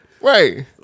Right